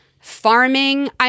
farming